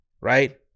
right